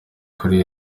kuri